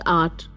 art